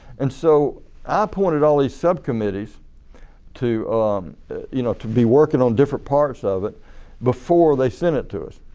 and so i appointed all these sub committees to you know to be working on different parts of it before they sent it to us.